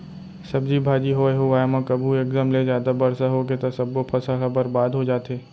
सब्जी भाजी होए हुवाए म कभू एकदम ले जादा बरसा होगे त सब्बो फसल ह बरबाद हो जाथे